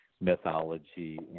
mythology